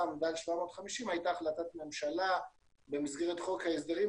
עמדה על 750 הייתה החלטת ממשלה במסגרת חוק ההסדרים